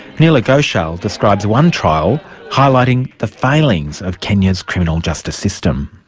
neela ghoshal describes one trial highlighting the failings of kenya's criminal justice system.